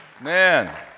Man